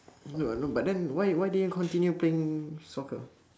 I know I know but then why why didn't you continue playing soccer